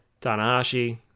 Tanahashi